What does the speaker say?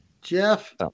Jeff